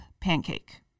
pancake